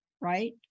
right